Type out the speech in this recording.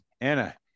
Anna